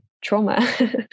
trauma